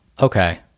Okay